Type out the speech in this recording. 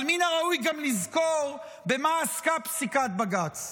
אבל מן הראוי גם לזכור במה עסקה פסיקת בג"ץ.